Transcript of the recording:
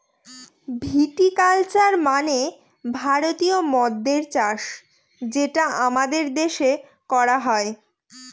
ভিটি culture মানে ভারতীয় মদ্যের চাষ যেটা আমাদের দেশে করা হয়